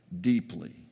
deeply